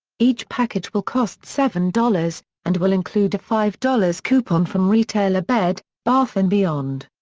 each package will cost seven dollars, and will include a five dollars coupon from retailer bed, bath and beyond.